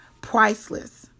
priceless